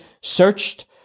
searched